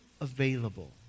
available